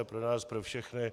Pro nás pro všechny.